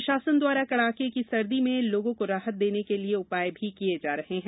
प्रशासन द्वारा कड़ाके सर्दी में लोगों को राहत देने के लिए उपाय किये जा रहे हैं